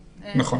נכון.